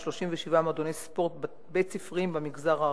37 מועדוני ספורט בית-ספריים במגזר הערבי.